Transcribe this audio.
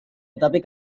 tetapi